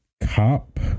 cop